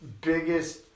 biggest